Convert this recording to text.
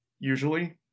usually